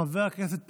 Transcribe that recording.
חבר הכנסת פינדרוס,